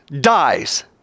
dies